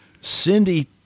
cindy